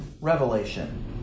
Revelation